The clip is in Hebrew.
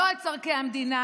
לא את צורכי המדינה,